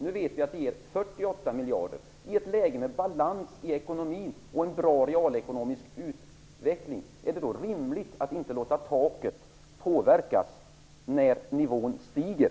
Nu vet vi att den ger 48 miljarder kronor i ett läge med balans i ekonomin och en bra realekonomisk utveckling. Är det rimligt att inte låta taket påverkas när nivån stiger?